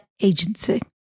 agency